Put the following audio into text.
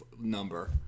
number